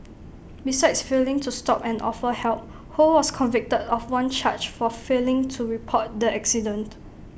besides failing to stop and offer help ho was convicted of one charge for failing to report the accident